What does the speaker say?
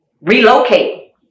relocate